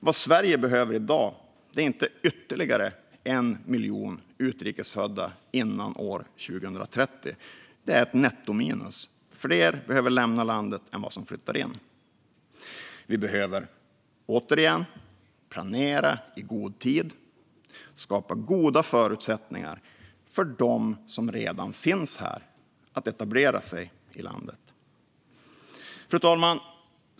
Vad Sverige behöver i dag är inte ytterligare en miljon utrikes födda före år 2030 utan ett nettominus - fler behöver lämna landet än vad som flyttar in. Vi behöver, återigen, planera i god tid och skapa goda förutsättningar för dem som redan finns här att etablera sig i landet. Fru talman!